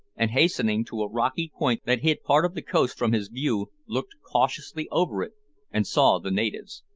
and hastening to a rocky point that hid part of the coast from his view looked cautiously over it and saw the natives.